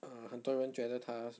ah 很多人觉得他